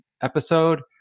episode